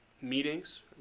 meetings